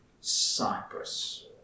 Cyprus